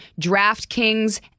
DraftKings